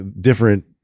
different